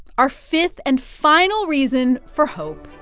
our fifth and final reason for hope.